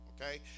okay